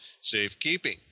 safekeeping